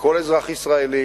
שכל אזרח ישראלי